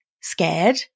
scared